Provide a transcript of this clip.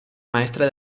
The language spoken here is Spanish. maestre